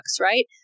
right